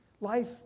Life